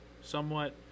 somewhat